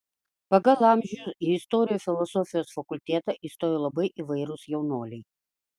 pagal amžių į istorijos filosofijos fakultetą įstojo labai įvairūs jaunuoliai